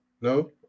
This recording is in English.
No